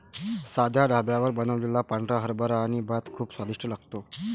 साध्या ढाब्यावर बनवलेला पांढरा हरभरा आणि भात खूप स्वादिष्ट लागतो